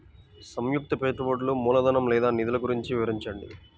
సంయుక్త పెట్టుబడులు మూలధనం లేదా నిధులు గురించి వివరించండి?